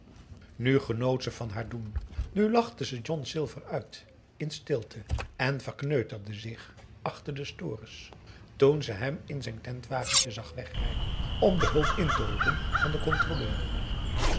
genoot ze van haar doen nu lachte ze john silver uit in stilte en verkneuterde zich achter de stores toen ze hem in zijn tentwagentje zag wegrijden om de hulp in te roepen van den controleur